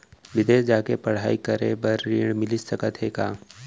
बिदेस जाके पढ़ई करे बर ऋण मिलिस सकत हे का?